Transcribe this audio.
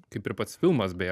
kaip ir pats filmas beje